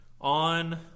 on